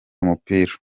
umupira